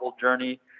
journey